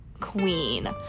Queen